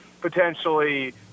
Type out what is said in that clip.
potentially